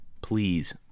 please